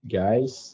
guys